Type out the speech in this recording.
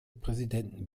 präsidenten